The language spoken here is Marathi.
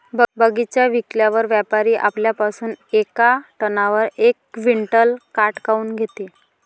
बगीचा विकल्यावर व्यापारी आपल्या पासुन येका टनावर यक क्विंटल काट काऊन घेते?